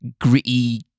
gritty